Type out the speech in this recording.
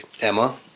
Emma